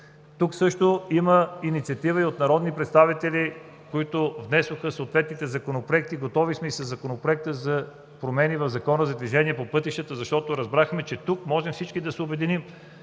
кодекс. Има инициатива от народни представители, които внесоха съответните законопроекти. Готови сме и със Законопроекта за промени в Закона за движение по пътищата, защото разбрахме, че тук можем всички да се обединим